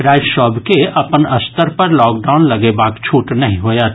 राज्य सभ के अपन स्तर पर लॉकडाउन लगेबाक छूट नहि होयत